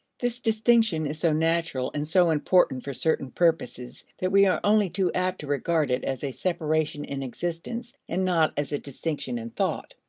this distinction is so natural and so important for certain purposes, that we are only too apt to regard it as a separation in existence and not as a distinction in thought.